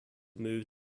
move